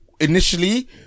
initially